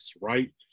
right